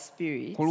Spirit